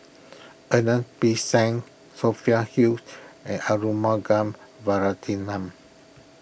Ernest P Shanks Sophia Huge and Arumugam